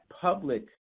public